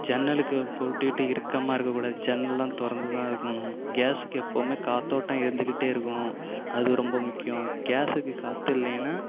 ஜன்னலுக்கு பூட்டிக்கிட்டு இறுக்கமாக இருக்க கூடாது ஜன்னல்லாம் திறந்து தான் இருக்கணும் கேஸுக்கு எப்பவும் காற்றோட்டம் இருந்துகிட்டே இருக்கணும் அது ரொம்ப முக்கியம் கேஸுக்கு காற்று இல்லைன்னா